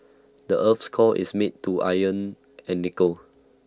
the Earth's core is made to iron and nickel